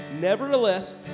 Nevertheless